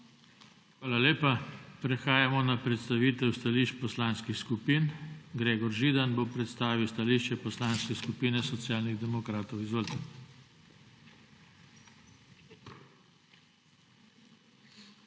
Hvala lepa. Prehajamo na predstavitev stališč poslanskih skupin. Gregor Židan bo predstavil stališče Poslanske skupine Socialnih demokratov. GREGOR